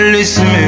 Listen